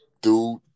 dude